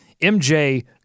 MJ